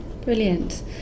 brilliant